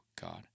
God